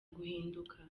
guhinduka